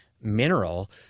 mineral